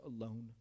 alone